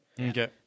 Okay